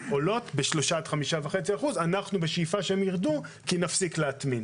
ב-3% עד 5.5%. אנחנו בשאיפה שהן ירדו כי נפסיק להטמין.